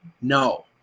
no